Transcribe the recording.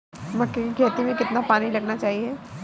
मक्के की खेती में कितना पानी लगाना चाहिए?